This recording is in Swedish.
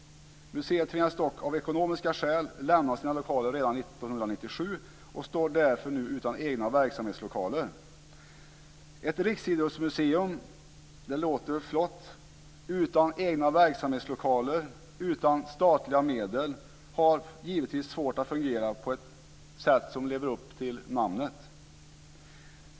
Museet tvingades dock av ekonomiska skäl att lämna sina lokaler redan 1997 och står därför nu utan egna verksamhetslokaler. Men ett riksidrottsmuseum - det låter väl flott - utan egna verksamhetslokaler och utan statliga medel har givetvis svårt att fungera på ett sådant sätt att det lever upp till namnet.